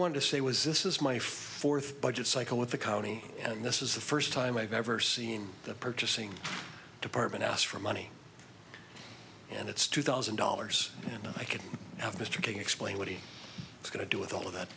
want to say was this is my fourth budget cycle with the county and this is the first time i've ever seen the purchasing department ask for money and it's two thousand dollars and i could have mr king explain what he was going to do with all of that